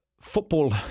football